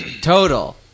Total